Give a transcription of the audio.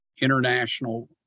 international